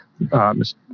Mr